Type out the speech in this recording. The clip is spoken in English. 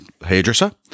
hairdresser